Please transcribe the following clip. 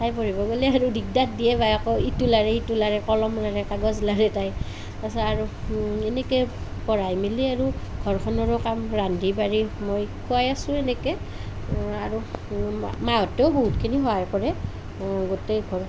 তাই পঢ়িব গ'লে আৰু দিগদাৰ দিয়ে বায়েকক ইটো লাৰে সিটো লাৰে কলম লাৰে কাগজ লাৰে তাই তাৰপাছত আৰু এনেকৈ পঢ়াই মেলি আৰু ঘৰখনৰো কাম ৰান্ধি বাঢ়ি মই খুৱাই আছোঁ এনেকৈ আৰু মাহঁতেও বহুতখিনি সহায় কৰে গোটেই ঘৰ